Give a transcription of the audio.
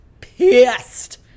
pissed